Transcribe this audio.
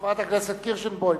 חברת הכנסת קירשנבאום,